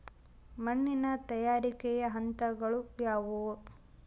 ಮಣ್ಣಿನ ತಯಾರಿಕೆಯ ಹಂತಗಳು ಯಾವುವು?